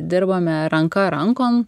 dirbame ranka rankon